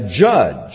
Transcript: judge